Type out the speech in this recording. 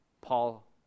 Paul